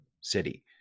city